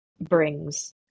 brings